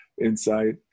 insight